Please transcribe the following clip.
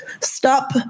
stop